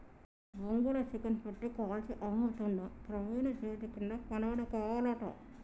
బొంగుల చికెన్ పెట్టి కాల్చి అమ్ముతుండు ప్రవీణు చేతికింద పనోడు కావాలట